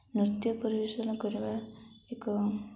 ନୃତ୍ୟ ପରିବେଷଣ କରିବା ଏକ